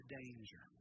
danger